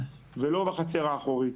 ולא בחצר האחורית.